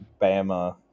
Bama